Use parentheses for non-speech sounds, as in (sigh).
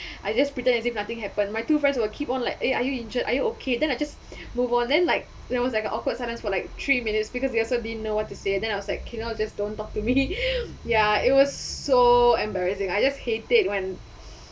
I just pretend as if nothing happened my two friends will keep on like eh are you injured are you okay then I just move on then like there was like a awkward silence for like three minutes because they're also didn't know what to say and then I was like okay now just don't talk to me (laughs) ya it was so embarrassing I just hate it when